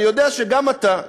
אני יודע שגם אתה,